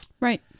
Right